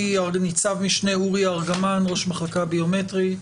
וניצב משנה אורי אורגמן, ראש המחלקה הביומטרית,